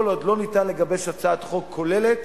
וכל עוד אין אפשרות לגבש הצעת חוק כוללת